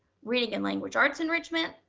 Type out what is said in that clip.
reading and language arts enrichment,